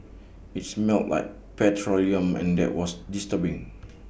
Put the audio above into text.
IT smelt like petroleum and there was disturbing